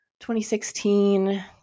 2016